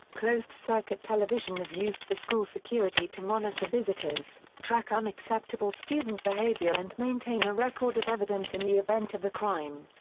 closed-circuit television is used for school security to monitor visitors, track unacceptable student behavior and maintain a record of evidence in the event of a crime.